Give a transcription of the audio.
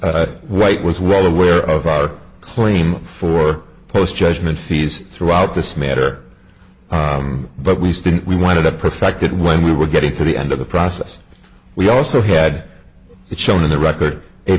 white was well aware of our claim for post judgment fees throughout this matter but we still we wanted a perfected when we were getting to the end of the process we also had it shown in the record a